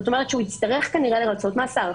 זאת אומרת שהוא יצטרך, כנראה, לרצות מאסר.